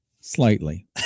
Slightly